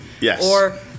Yes